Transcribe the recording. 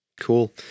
Cool